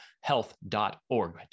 health.org